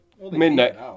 midnight